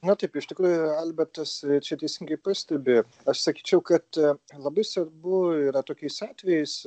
na taip iš tikrųjų albertas čia teisingai pastebi aš sakyčiau kad labai svarbu yra tokiais atvejais